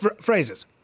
Phrases